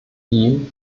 ihm